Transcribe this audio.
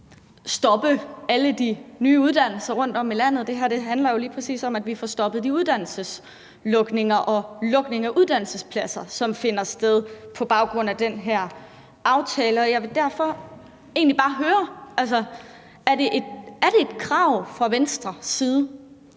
stoppe alle de nye uddannelser rundtom i landet. Det her handler jo lige præcis om, at vi får stoppet de uddannelseslukninger og lukninger af uddannelsespladser, som finder sted på baggrund af den her aftale, og jeg vil derfor egentlig bare høre, om det er et krav fra Venstres side,